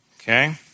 Okay